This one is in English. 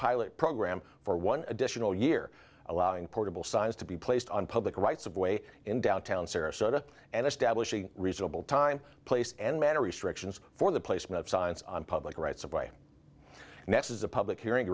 pilot program for one additional year allowing portable signs to be placed on public rights of way in downtown sarasota and establishing a reasonable time place and manner restrictions for the placement of science on public rights of way and that is a public hearing